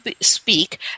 speak